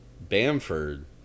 Bamford